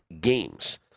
games